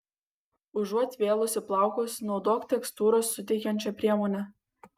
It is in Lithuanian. užuot vėlusi plaukus naudok tekstūros suteikiančią priemonę